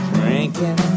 drinking